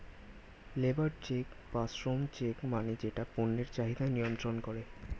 labour check বা শ্রম check মানে যেটা পণ্যের চাহিদা নিয়ন্ত্রন করে